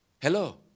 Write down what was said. Hello